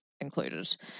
included